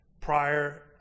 Prior